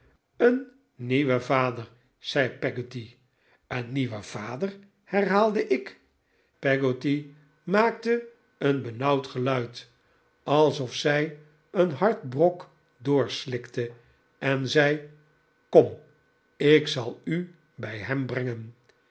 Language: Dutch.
een nieuwen vader zei peggotty een nieuwen vader herhaalde ik peggotty maakte een benauwd geluid alsdavid copperfield of zij een hard brok doorslikte en zei kom ik zal u bij hem brengen